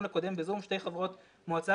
בדיון הקודם בזום שתי חברות מועצה